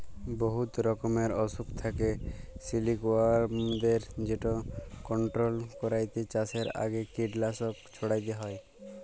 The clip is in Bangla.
বহুত রকমের অসুখ থ্যাকে সিলিকওয়ার্মদের যেট কলট্রল ক্যইরতে চাষের আগে কীটলাসক ছইড়াতে হ্যয়